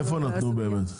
איפה נתנו באמת?